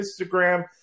Instagram